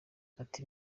ati